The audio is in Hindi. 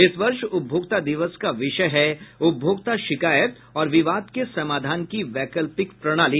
इस वर्ष उपभोक्ता दिवस का विषय है उपभोक्ता शिकायत और विवाद के समाधान की वैकल्पिक प्रणाली